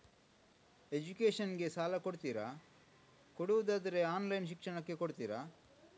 Education ಗೆ ಸಾಲ ಕೊಡ್ತೀರಾ, ಕೊಡುವುದಾದರೆ ಆನ್ಲೈನ್ ಶಿಕ್ಷಣಕ್ಕೆ ಕೊಡ್ತೀರಾ?